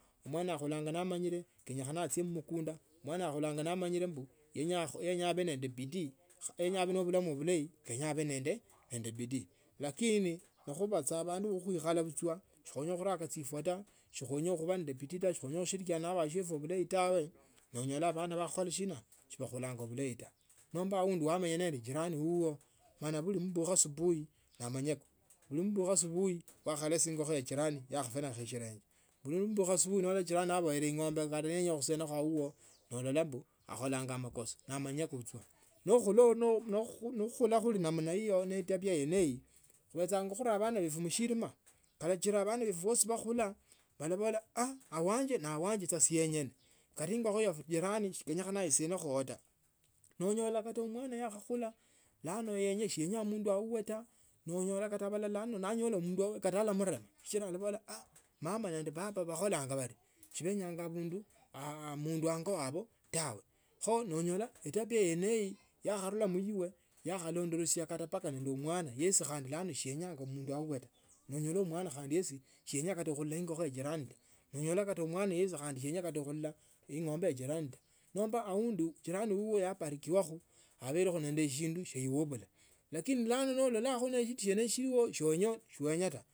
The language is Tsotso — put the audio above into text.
Mwana akhulanga namanyilie kenyakhana injie mumukunda mwana akhulanga nemanyile mbu yenya abe nende bidii, yenya abe ne abandu bidayi kenyakha abe nende bidi nakhuba sa abandu ba khukhala buchiwa si khuenya khuraka chifwa si khuenya khuba nende bidi taa sikhusi kilazana nebasie taa nonyola nomba aundi awamenya nende jirani uo onyola namubukha asubuhi nomanya nimubukha asubuhi wakalesha ingokho ya jirani yakhafunikha shilenge netukha asubuhi ndola jirani naboile ing’ombe khale yenye khusuna uo nobla mbu akholanga makosa nekhuli namna hiyo ne tabia yeneyo khubechanga khali abana khuli awanje ne awanje sa singieni kata ingokho ya jirani sikenyakhana iseneo taa nonyola kata omwana yakhakula bulano mwene siyenga mundu ao tawe ta nonyola badala katananyola munduayo kata ala murema sikilia alabola mama nende papa bakholanga bario benyange mundu ango tawe khoa o onyola etabia yene tawe yakhanda muibe yakhatembelesia mbaka muli mwana shienya mundu awabwe taa noonyola mwana siyenya khulila makhwa ke jirani nomba aundi jirani awe yabarikiwako khulondokana nende shindu shilikho lakini bulanu nololakho shindu shiwenya sowenya ta.